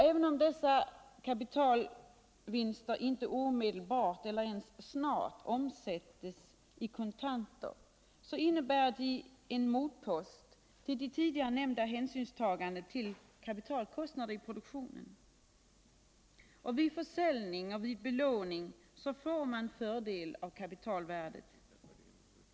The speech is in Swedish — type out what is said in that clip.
Även om dessa kapitalvinster inte omedelbart, eller ens snart, omsätts i kontanter, så innebär de en motpost till de tidigare nämnda hänsynstagandena till kapitalkostnaderna i produktionen. Vid försäljning och belåning får man fördel av kapitalvärdet.